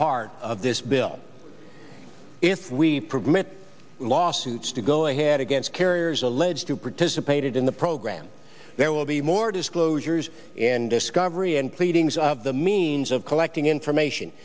part of this bill if we program it lawsuits to go ahead against carriers alleged to participated in the program there will be more disclosures and discovery and pleadings of the means of collecting information